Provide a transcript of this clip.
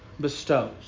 bestows